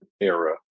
era